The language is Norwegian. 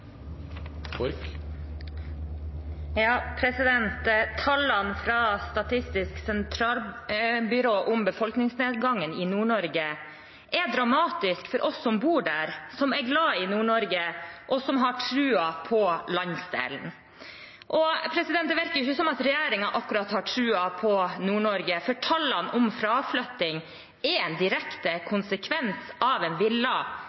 Statistisk sentralbyrå om befolkningsnedgangen i Nord-Norge er dramatiske for oss som bor der, som er glad i Nord-Norge, og som har troen på landsdelen. Det virker ikke som om regjeringen akkurat har troen på Nord-Norge, for tallene om fraflytting er en direkte konsekvens av en